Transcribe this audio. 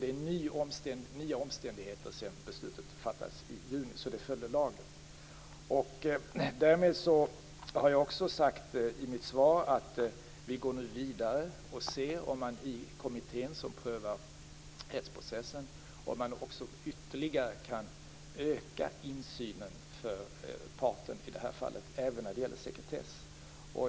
Det är alltså nya omständigheter sedan beslutet fattades i juni, så beslutet följer lagen. Jag har också sagt i mitt svar att vi nu går vidare och ser om man i kommittén som prövar rättsprocessen ytterligare kan öka insynen för parten i det här fallet, även när det gäller sekretess.